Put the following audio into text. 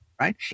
right